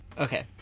okay